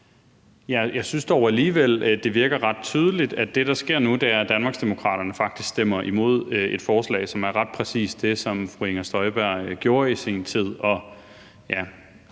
Jeg synes dog alligevel, at det virker ret tydeligt, at det, der sker nu, er, at Danmarksdemokraterne faktisk stemmer imod et forslag, som ret præcis handler om det, som fru Inger Støjberg gjorde i sin tid.